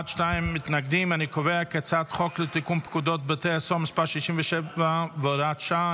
אני קובע כי הצעת חוק לתיקון פקודת בתי הסוהר (מס' 67 והוראת שעה),